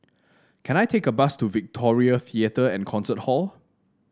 can I take a bus to Victoria Theatre and Concert Hall